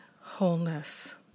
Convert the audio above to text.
wholeness